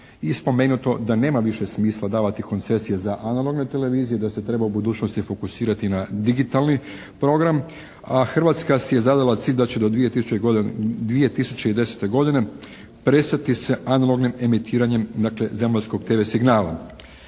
spomenuto da nema više smisla davati koncesije za analogne televizije, da se treba u budućnosti fokusirati na digitalni program, a Hrvatska si je zadala cilj da će do 2010. godine prestati sa analognim emitiranjem, dakle, zemaljskog tv signala.